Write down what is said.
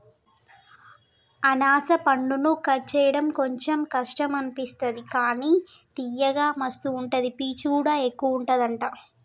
అనాస పండును కట్ చేయడం కొంచెం కష్టం అనిపిస్తది కానీ తియ్యగా మస్తు ఉంటది పీచు కూడా ఎక్కువుంటది అంట